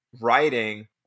writing